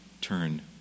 turn